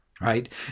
right